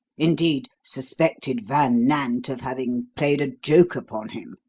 indeed, suspected van nant of having played a joke upon him,